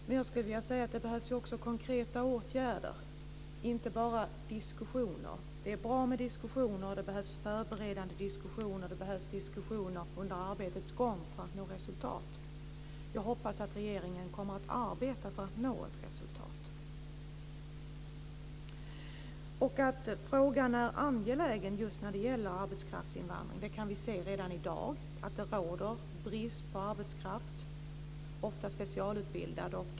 Men jag skulle vilja säga att det behövs konkreta åtgärder och inte bara diskussioner. Det är bra med diskussioner. Det behövs förberedande diskussioner och diskussioner under arbetets gång för att nå resultat. Jag hoppas att regeringen kommer att arbeta för att nå ett resultat. Att frågan om arbetskraftsinvandringen är angelägen kan vi se redan i dag. Det råder brist på arbetskraft, ofta specialutbildad.